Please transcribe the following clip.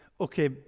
Okay